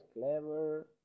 clever